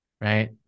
right